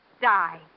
Die